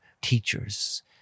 teachers